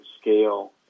scale